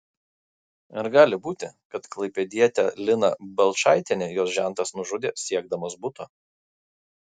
ar gali būti kad klaipėdietę liną balčaitienę jos žentas nužudė siekdamas buto